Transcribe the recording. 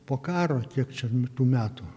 po karo kiek čia nu tų metų